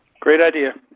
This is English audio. great idea.